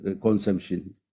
consumption